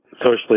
socially